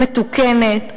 מתוקנת,